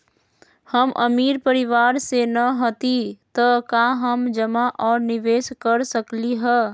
हम अमीर परिवार से न हती त का हम जमा और निवेस कर सकली ह?